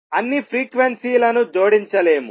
అన్నీ ఫ్రీక్వెన్సీలను జోడించలేము